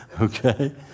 Okay